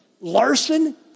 Larson